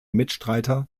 mitstreiter